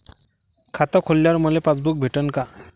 खातं खोलल्यावर मले पासबुक भेटन का?